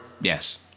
Yes